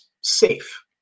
safe